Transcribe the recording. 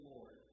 Lord